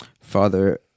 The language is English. Father